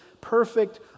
perfect